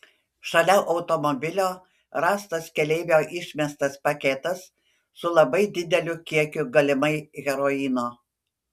šalia automobilio rastas keleivio išmestas paketas su labai dideliu kiekiu galimai heroino